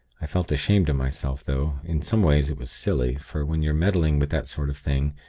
i felt ashamed of myself though, in some ways it was silly for when you're meddling with that sort of thing,